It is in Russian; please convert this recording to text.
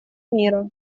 мира